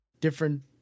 Different